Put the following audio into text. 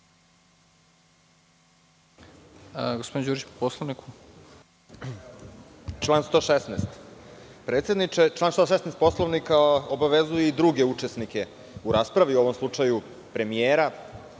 Bojan Đurić, po Poslovniku. **Bojan Đurić** Predsedniče, član 116. Poslovnika obavezuje i druge učesnike u raspravi, u ovom slučaju premijera